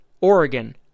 oregon